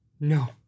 No